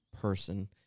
person